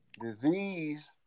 disease